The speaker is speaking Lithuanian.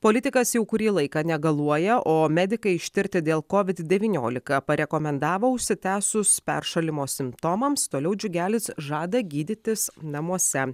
politikas jau kurį laiką negaluoja o medikai ištirti dėl covid devyniolika parekomendavo užsitęsus peršalimo simptomams toliau džiugelis žada gydytis namuose